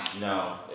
No